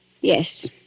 Yes